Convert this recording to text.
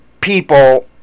people